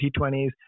T20s